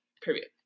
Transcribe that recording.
period